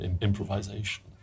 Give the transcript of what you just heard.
improvisation